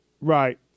right